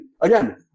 again